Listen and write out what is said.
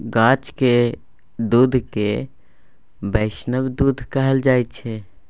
गाछक दुध केँ बैष्णव दुध कहल जाइ छै